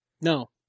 No